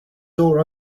door